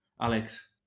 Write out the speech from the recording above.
Alex